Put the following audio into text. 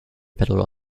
federal